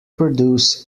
produce